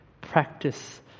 practice